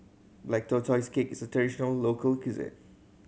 Black Tortoise Cake is traditional local cuisine